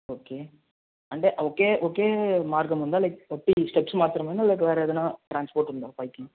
okay అంటే ఒకే ఒకే మార్గం ఉందా లైక్ స్టెప్స్ మాత్రమేనా లేక వేరే ఏదన్నా ట్రాన్స్పోర్ట్ ఉందా పైకి